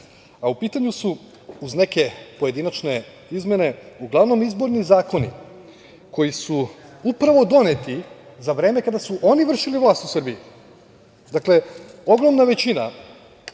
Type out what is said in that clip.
pitanju su, uz neke pojedinačne izmene, uglavnom izborni zakoni koji su upravo doneti za vreme kada su oni vršili vlast u Srbiji. Dakle, ogromna većina